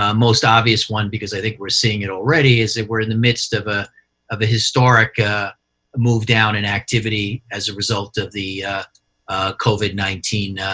ah most obvious one because i think we're seeing it already is that we're in the midst of ah of a historic move down in activity as a result of the covid nineteen